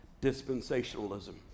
dispensationalism